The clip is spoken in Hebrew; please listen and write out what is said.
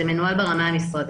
זה מנוהל ברמה המשרדית.